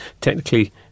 technically